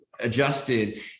Adjusted